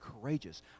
courageous